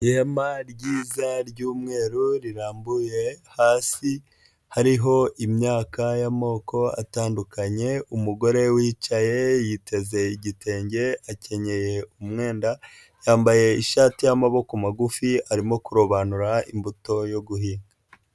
Ihema ryiza ryumweru rirambuye hasi, hariho imyaka y'amoko atandukanye. Umugore wicaye yiteze igitenge akenyeye umwenda, yambaye ishati y'amaboko magufi, arimo kurobanura imbuto yo guhinga.